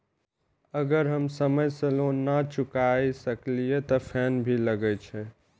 अगर हम समय से लोन ना चुकाए सकलिए ते फैन भी लगे छै?